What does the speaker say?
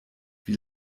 wie